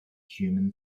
human